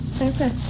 okay